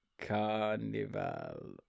Carnival